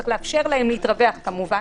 צריך לאפשר להם להתרווח, כמובן.